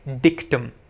dictum